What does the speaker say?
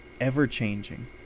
ever-changing